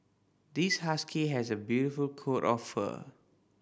this husky has a beautiful coat of fur